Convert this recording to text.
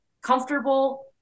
comfortable